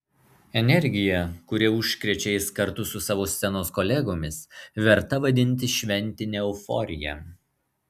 energija kuria užkrečia jis kartu su savo scenos kolegomis verta vadintis šventine euforija